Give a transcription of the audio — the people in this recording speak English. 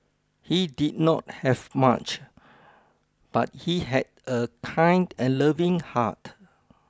he did not have much but he had a kind and loving heart